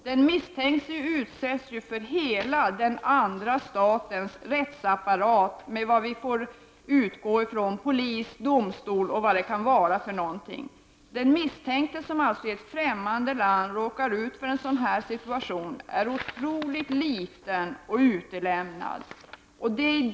Den misstänkte utsätts ju för hela den andra statens rättsapparat med — enligt vad vi får utgå ifrån — polis, domstol och vad det kan vara för någonting. Den misstänkte som i ett fftämmande land råkar ut för en sådan situation är otroligt liten och utlämnad.